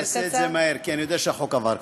אני אעשה את זה מהר, כי אני יודע שהחוק עבר כבר.